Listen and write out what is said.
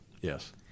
Yes